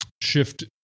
Shift